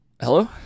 Hello